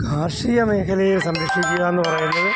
കാർഷിക മേഖലയെ സംരക്ഷിക്കുക എന്ന് പറയുന്നത്